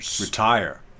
Retire